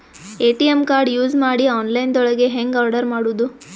ATM card use ಮಾಡಿ online ದೊಳಗೆ ಹೆಂಗ್ ಆರ್ಡರ್ ಮಾಡುದು?